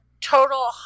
total